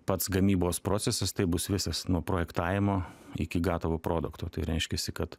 pats gamybos procesas taip bus visas nuo projektavimo iki gatavo produkto tai reiškiasi kad